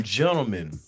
gentlemen